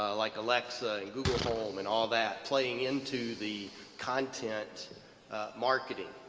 ah like alexa, google home and all that playing into the content marketing?